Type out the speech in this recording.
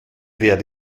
werd